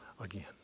again